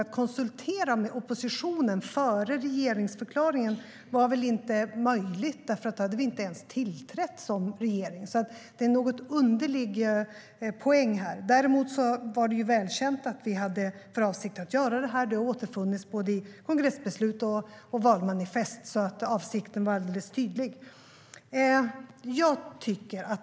Att konsultera med oppositionen före regeringsförklaringen var inte möjligt, för då hade vi inte ens tillträtt som regering. Det är en något underlig poäng här. Däremot var det välkänt att vi hade för avsikt att göra detta. Det har återfunnits både i kongressbeslut och i valmanifest. Avsikten var alldeles tydlig.